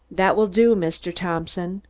that will do, mr. thompson,